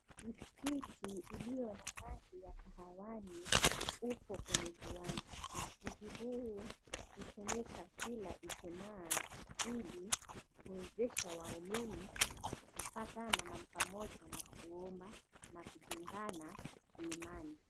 Msikiti iliyo na rangi ya kahawani upo kwenye kiwanja. Msikiti huu utumika kila ijumaa ili kuwezesha waumini kupata na mali pamoja na kuomba na kujengana kiimani.